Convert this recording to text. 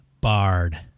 Bard